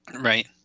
Right